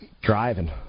Driving